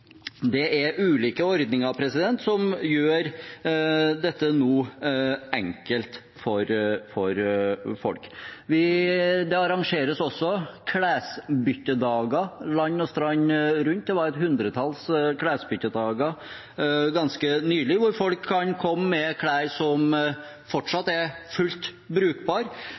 Det er ulike ordninger som nå gjør dette enkelt for folk. Det arrangeres også klesbyttedager land og strand rundt. Det var et hundretalls klesbyttedager ganske nylig, hvor folk kan komme med klær som fortsatt er fullt